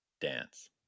dance